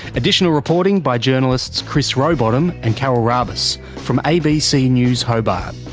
additional reporting by journalists chris rowbottom and carol raabus from abc news hobart.